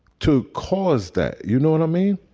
to cause that, you know what i mean?